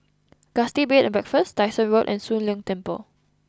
Gusti Bed and Breakfast Dyson Road and Soon Leng Temple